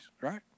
right